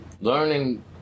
learning